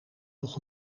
nog